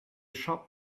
shop